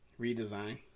Redesign